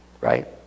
right